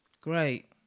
Great